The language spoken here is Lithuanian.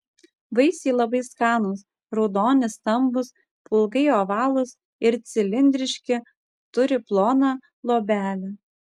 vaisiai labai skanūs raudoni stambūs pailgai ovalūs ir cilindriški turi ploną luobelę